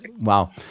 Wow